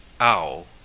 Owl